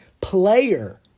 player